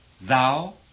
thou